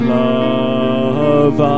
love